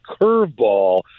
curveball